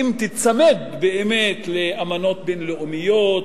אם תיצמד באמת לאמנות בין-לאומיות,